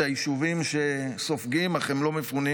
זה היישובים שסופגים אך הם לא מפונים.